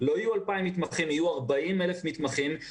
לא יהיו 2,000 מתמחים אלא יהיו 40,000 מתמחים,